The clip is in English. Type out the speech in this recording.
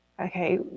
Okay